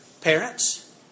parents